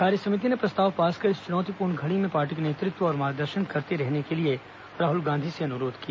कार्य समिति ने प्रस्ताव पास कर इस चुनौतीपूर्ण घड़ी में पार्टी का नेतृत्व और मार्गदर्शन करते रहने के लिए राहुल गांधी से अनुरोध किया